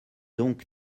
donc